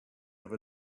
over